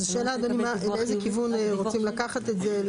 אז השאלה אדוני לאיזה כיוון רוצים לקחת את זה.